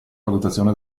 valutazione